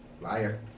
Liar